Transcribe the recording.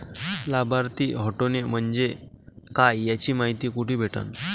लाभार्थी हटोने म्हंजे काय याची मायती कुठी भेटन?